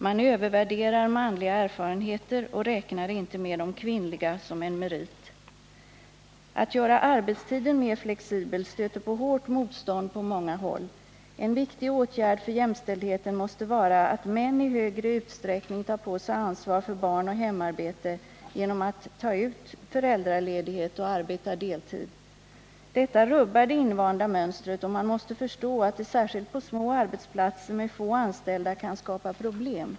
Man övervärderar manliga erfarenheter och räknar inte med de kvinnliga som en merit. Att göra arbetstiden mer flexibel stöter på hårt motstånd på många håll. En viktig åtgärd för jämställdheten måste vara att män i större utsträckning tar på sig ansvar för barn och hemarbete genom att ta ut föräldraledighet eller arbeta deltid. Detta rubbar det invanda mönstret, och man måste förstå att det särskilt på små arbetsplatser med få anställda kan skapa problem.